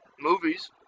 movies